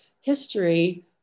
history